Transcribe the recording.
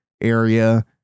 area